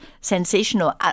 sensational